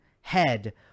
head